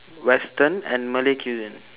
western and malay cuisine